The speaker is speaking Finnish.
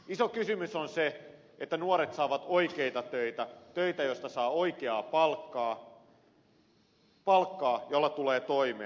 iso kysymys on se että nuoret saavat oikeita töitä töitä joista saa oikeaa palkkaa palkkaa jolla tulee toimeen